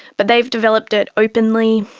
but they've developed it openly,